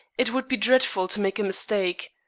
it would be dreadful to make a mistake.